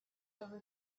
over